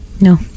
No